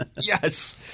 Yes